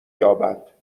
یابد